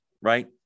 right